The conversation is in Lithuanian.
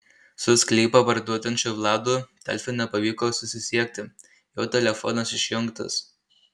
su sklypą parduodančiu vladu delfi nepavyko susisiekti jo telefonas išjungtas